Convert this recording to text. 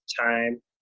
time